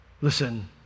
Listen